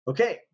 Okay